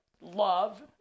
love